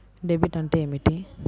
Debit అంటే ఏమిటి?